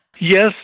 Yes